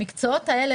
המקצועות האלה,